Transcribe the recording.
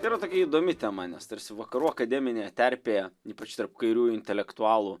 yra tokia įdomi tema nes tarsi vakarų akademinė terpė ypač tarp kairiųjų intelektualų